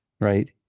Right